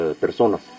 personas